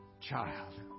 child